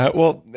but well,